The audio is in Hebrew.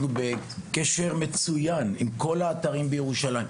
אנחנו בקשר מצוין עם כל האתרים בירושלים.